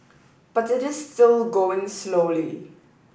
but it is still going slowly